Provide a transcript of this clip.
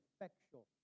effectual